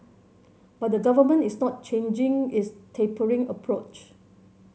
but the Government is not changing its tapering approach